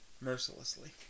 mercilessly